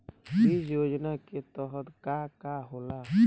बीज योजना के तहत का का होला?